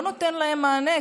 לא נותן להם מענה,